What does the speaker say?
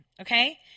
okay